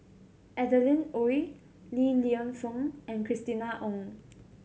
Adeline Ooi Li Lienfung and Christina Ong